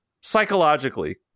psychologically